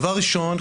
דבר ראשון,